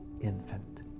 infant